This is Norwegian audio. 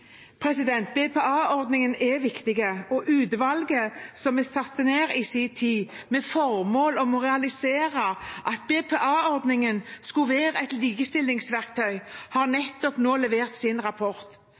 er viktig. Utvalget som vi i sin tid satte ned, med formål om å realisere at BPA-ordningen skulle være et likestillingsverktøy, har